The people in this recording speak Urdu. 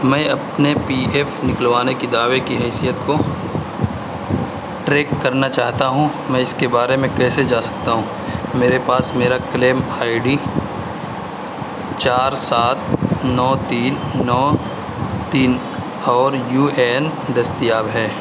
میں اپنے پی ایف نکلوانے کے دعوے کی حیثیت کو ٹریک کرنا چاہتا ہوں میں اس کے بارے میں کیسے جا سکتا ہوں میرے پاس میرا کلیم آئی ڈی چار سات نو تین نو تین اور یو اے این دستیاب ہے